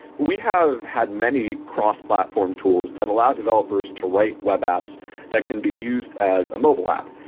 we have had many cross-platform tools that allow developers to write web apps that can be used as a mobile app.